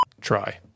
try